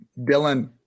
Dylan